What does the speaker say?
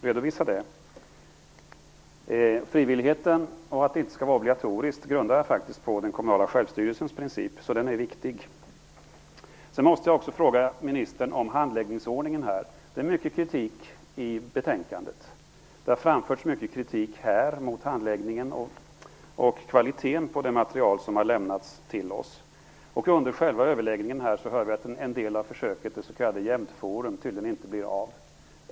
Redovisa det! Åsikten att det inte skall vara obligatoriskt grundar jag faktiskt på den kommunala självstyrelsens princip, så den är viktig. Jag måste också fråga ministern om handläggningsordningen. Det finns mycket kritik i betänkandet, och det har framförts mycket kritik här i talarstolen mot handläggningen och kvaliteten på det material som lämnats till oss. Under själva överläggningen får vi höra att en del av försöket, det s.k. Jämtforum, tydligen inte blir av.